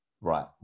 right